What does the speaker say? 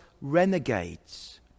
renegades